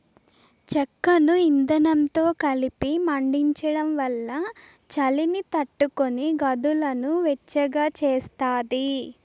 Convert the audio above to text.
చెక్కను ఇందనంతో కలిపి మండించడం వల్ల చలిని తట్టుకొని గదులను వెచ్చగా చేస్తాది